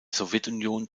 sowjetunion